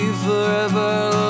forever